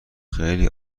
خیلی